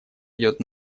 идет